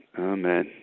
amen